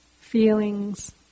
feelings